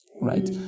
Right